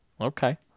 Okay